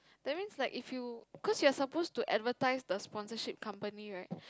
that means like if you cause you're supposed to advertise the sponsorship company right